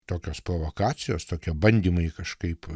tokios provokacijos tokie bandymai kažkaip